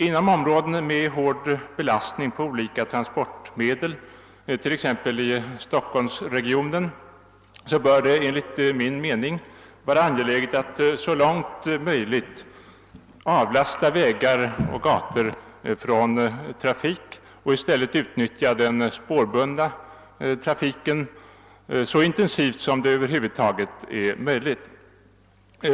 Inom områden med hård belastning på olika transportmedel, t.ex. i Stockholmsregionen, bör det enligt min mening vara angeläget att så långt möjligt avlasta vägar och gator från trafik och i stället utnyttja den spårbundna trafiken så intensivt som det över huvud taget är möjligt.